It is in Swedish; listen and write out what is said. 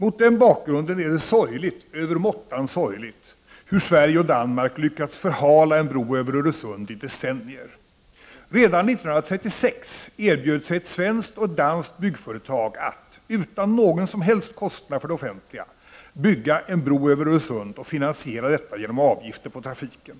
Mot den bakgrunden är det sorgligt, övermåttan sorgligt, att Sverige och Danmark lyckats förhala en bro över Öresund i decennier. Redan 1936 erbjöd sig ett svenskt och ett danskt byggföretag att — utan någon som helst kostnad för det offentliga — bygga en bro över Öresund och finansiera denna genom avgifter på trafiken.